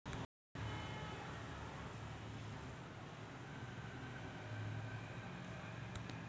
inter आणि intra bank हस्तांतरण सुरक्षितपणे आणि अखंडपणे केले जाते